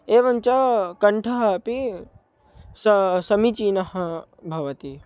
एवञ्च कण्ठः अपि सा समीचीनः भवति